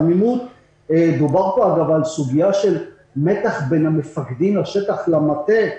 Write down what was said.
דובר פה על מתח בין המפקדים לשטח, למטה,